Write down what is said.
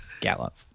Gallop